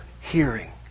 hearing